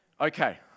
okay